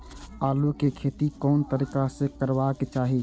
आलु के खेती कोन तरीका से करबाक चाही?